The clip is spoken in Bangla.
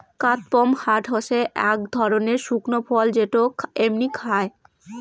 কাদপমহাট হসে আক ধরণের শুকনো ফল যেটো এমনি খায়